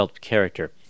character